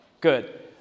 good